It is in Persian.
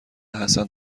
حسن